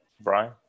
Brian